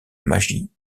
magie